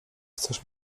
chcesz